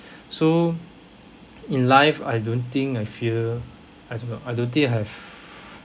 so in life I don't think I fear I don't know I don't think I have